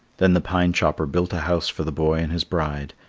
then the pine chopper built a house for the boy and his bride.